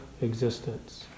existence